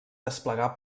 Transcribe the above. desplegar